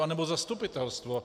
Anebo zastupitelstvo...